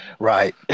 Right